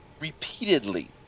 Repeatedly